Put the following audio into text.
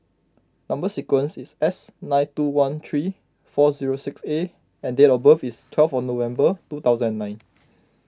Number Sequence is S nine two one three four zero six A and date of birth is twelve of November two thousand and nine